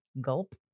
gulp